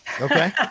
Okay